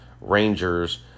Rangers